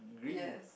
yes